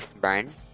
Brian